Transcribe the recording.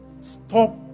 Stop